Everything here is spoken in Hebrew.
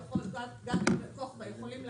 גבי וכוכבא יכולים להעיד,